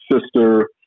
sister